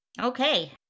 Okay